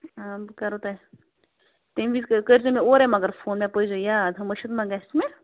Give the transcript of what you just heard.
آ بہٕ کَرَہو تۄہہِ تَمہِ وِزِ کٔرۍزیٚو مےٚ اورٕے مگر فون مےٚ پٲوزیٚو یاد ہُہ مُشِتھ ما گژھِ مےٚ